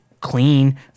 clean